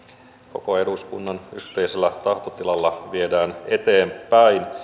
koko eduskunnan yhteisellä tahtotilalla viedään eteenpäin